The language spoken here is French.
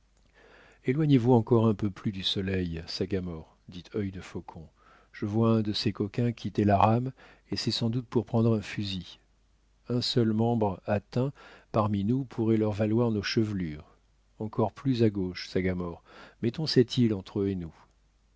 éloignez-vous encore un peu plus du soleil sagamore dit œil de faucon je vois un de ces coquins quitter la rame et c'est sans doute pour prendre un fusil un seul membre atteint parmi nous pourrait leur valoir nos chevelures encore plus à gauche sagamore mettons cette île entre eux et nous